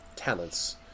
talents